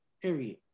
Period